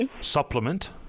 supplement